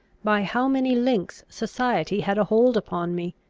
by how many links society had a hold upon me,